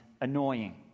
annoying